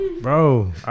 bro